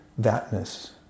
thatness